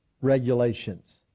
regulations